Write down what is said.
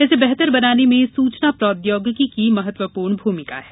इसे बेहतर बनाने में सूचना प्रौद्योगिकी की महत्वपूर्ण भूमिका है